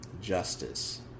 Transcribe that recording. justice